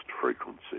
frequency